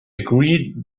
agreed